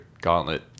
gauntlet